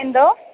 എന്തോ